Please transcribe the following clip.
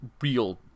real